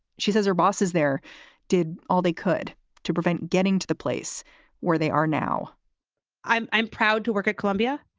she says her bosses there did all they could to prevent getting to the place where they are now i'm i'm proud to work at columbia.